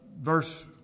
Verse